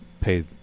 pay